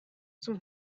zum